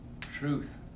Truth